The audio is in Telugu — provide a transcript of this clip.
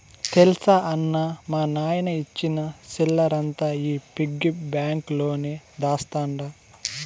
తెల్సా అన్నా, మా నాయన ఇచ్చిన సిల్లరంతా ఈ పిగ్గి బాంక్ లోనే దాస్తండ